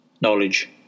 knowledge